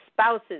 spouses